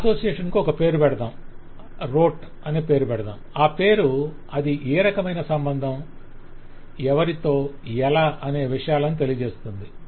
ఆ అసోసియేషన్కు ఒక పేరు పెడతాం ఆ పేరు అది ఏ రకమైన సంబంధం ఎవరితో ఎలా అనే విషయాలను తెలియజేస్తుంది